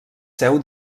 seu